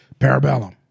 Parabellum